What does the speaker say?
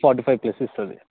forty five plus ఇస్తుంది